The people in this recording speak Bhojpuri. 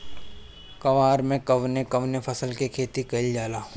कुवार में कवने कवने फसल के खेती कयिल जाला?